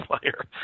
player